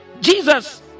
jesus